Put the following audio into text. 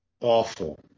Awful